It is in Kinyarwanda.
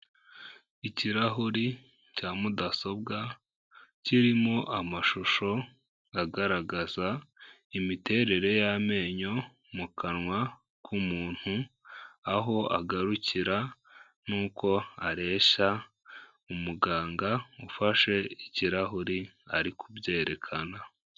Ikirahuri cya mudasobwa, kirimo amashusho agaragaza imiterere y'amenyo mu kanwa k'umuntu, aho agarukira n'uko aresha, umuganga ufashe ikirahuri ari kubyerekana.